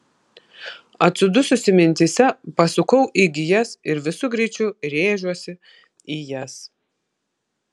atsidususi mintyse pasuku į gijas ir visu greičiu rėžiuosi į jas